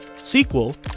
sequel